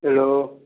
hello